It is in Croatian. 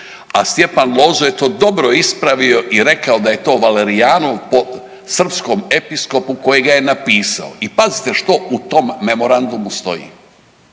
a Stjepan Lozo je to dobro ispravio i rekao da je to Valerijanov, po srpskom episkopu koji ga je napisao. I pazite što u tom Memorandumu stoji.